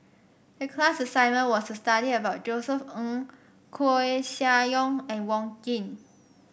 the class assignment was to study about Josef Ng Koeh Sia Yong and Wong Keen